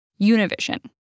Univision